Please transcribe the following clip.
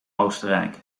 oostenrijk